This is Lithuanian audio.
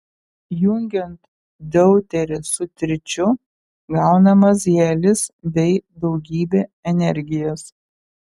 jungiant deuterį su tričiu gaunamas helis bei daugybė energijos